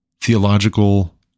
theological